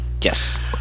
Yes